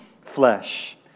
flesh